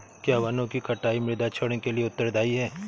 क्या वनों की कटाई मृदा क्षरण के लिए उत्तरदायी है?